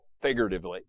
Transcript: figuratively